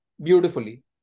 beautifully